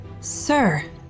Sir